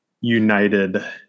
United